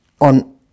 on